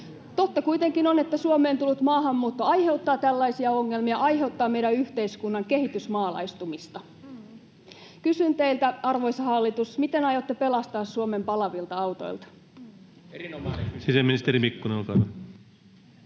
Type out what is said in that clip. Totta kuitenkin on, että Suomeen tullut maahanmuutto aiheuttaa tällaisia ongelmia, aiheuttaa meidän yhteiskunnan kehitysmaalaistumista. Kysyn teiltä, arvoisa hallitus: miten aiotte pelastaa Suomen palavilta autoilta? [Speech 36] Speaker: